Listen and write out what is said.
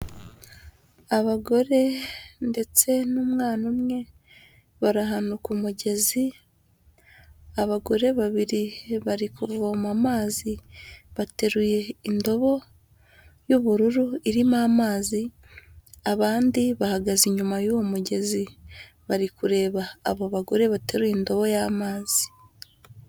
Abagore ndetse n'umwana umwe bari ahantu k'umugezi, abagore babiri bari kuvoma amazi bateruye indobo y'ubururu irimo amazi, abandi bahagaze inyuma y'uwo mugezi bari kureba abo bagore baterura indobo y'amazi.